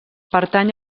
pertany